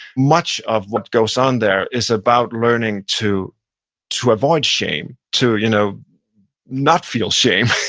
much of what goes on there is about learning to to avoid shame, to you know not feel shame,